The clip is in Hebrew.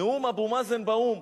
נאום אבו מאזן באו"ם.